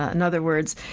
ah and other words,